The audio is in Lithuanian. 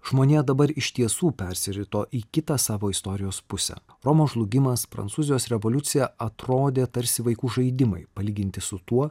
žmonija dabar iš tiesų persirito į kitą savo istorijos pusę romos žlugimas prancūzijos revoliucija atrodė tarsi vaikų žaidimai palyginti su tuo